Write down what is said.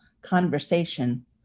conversation